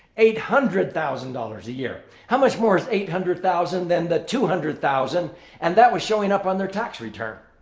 eight hundred thousand dollars a year. how much more is eight hundred thousand than the two hundred thousand and that was showing up on their tax return?